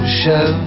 show